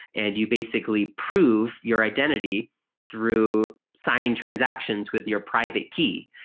and you basically prove your identity through signing transactions with your private key,